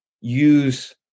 use